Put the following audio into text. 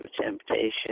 temptation